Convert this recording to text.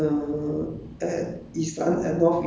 the monastery is located at a more rural place